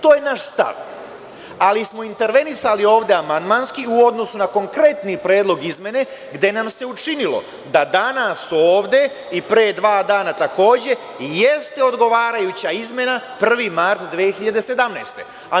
To je naš stav, ali smo intervenisali ovde amandmanski u odnosu na konkretni predlog izmene, gde nam se učinilo da danas ovde i pre dva dana, takođe, jeste odgovarajuća izmena 1. mart 2017. godine.